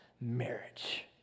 marriage